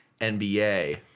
NBA